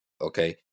okay